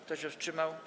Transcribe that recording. Kto się wstrzymał?